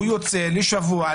הוא יוצא לשבוע,